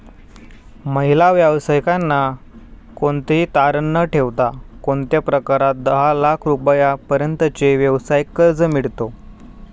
महिला व्यावसायिकांना कोणतेही तारण न ठेवता कोणत्या प्रकारात दहा लाख रुपयांपर्यंतचे व्यवसाय कर्ज मिळतो?